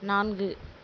நான்கு